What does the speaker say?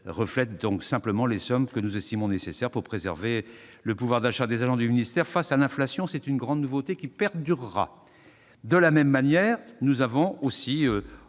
reflète les montants que nous estimons nécessaires pour préserver le pouvoir d'achat des agents du ministère face à l'inflation. C'est une grande nouveauté et elle perdurera ! De la même manière, nous avons